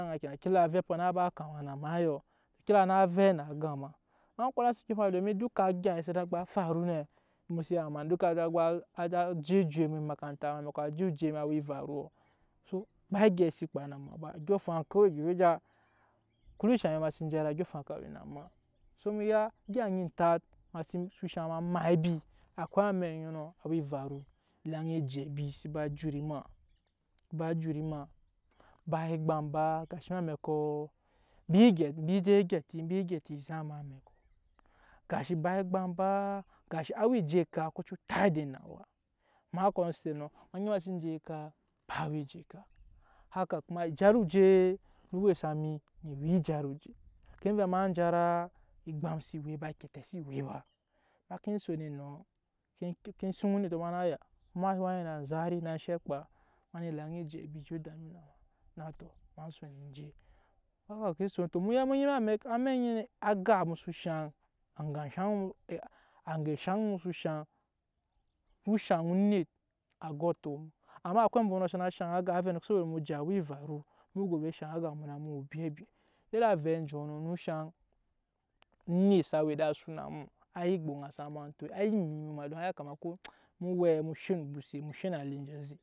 ma we ed'aŋa kenan kila avɛpɔ na ba kama na ma eyɔ kila na vɛp na aŋga ma. Ema konase odyɔŋ afaŋ domin duka egya sana gba faru nɛ mu so ya ma duka za jujuya eme makaranta jujuya eme awa evaruɔ ba egyɛi se kpa na ma ba odyɔŋ afaŋ ko eme enshe awa ma seen jara odyɔŋ afaŋ ka we na ma so mu egya enyi tat ma sen so shaŋ ma maa abi akwai amɛk jɔnɔ awa evaru elaŋ ejɛ abi se ba jut ma, ba jut ma ba egbam ba gashi em'amɛkɔ embi je gyeta ezam em'amɛkɔ gashi ba egbam ba gashi awa eset eka ko cii tat edet na awa ma kɔ set nɔ ma gyɛp seen je eka ba awa je eka haka kuma ejara oje o we sa ma no wuya ne jara oje ke vɛ ma jara egbam xse ba eketɛ si we ba ma ke son enɔ ke suŋ onetɔ ma na aya ema fa we na anzari na enshɛ kpa ma na elaŋ ejɛ abi je dami na ma na tɔ ma son en je amɛk anyi nɛ aŋga mu so shaŋ o shaŋ onet a go ato mu amma akwai ambɔnɔ sana shaŋ aga soboda mu je awa evaru mu go ovɛ shaŋ aga mu na mu we obwɛbwɛ iri avɛ anjɔnɔ noo shaŋ onet sa we ed'asu na mu a nyi gboŋasa mu antoi ai eni nyi mu na haliɔ a yakama ko mu owɛɛ mu she no ogbose mu she no hali onyi ze.